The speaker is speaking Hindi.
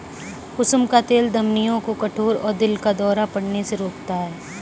कुसुम का तेल धमनियों को कठोर और दिल का दौरा पड़ने से रोकता है